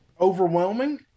overwhelming